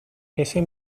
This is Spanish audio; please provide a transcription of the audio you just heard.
ese